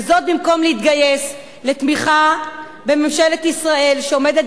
וזאת במקום להתגייס לתמיכה בממשלת ישראל שעומדת